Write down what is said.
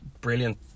Brilliant